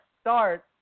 start